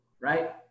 right